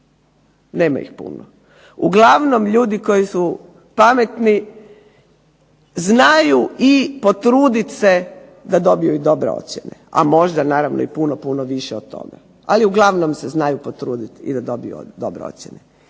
nema ih puno. Uglavnom ljudi koji su pametni znaju i potruditi se da dobiju i dobre ocjena, a možda naravno i puno, puno više od toga. Ali uglavnom se znaju potruditi da dobiju dobre ocjene.